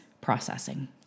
processing